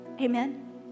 Amen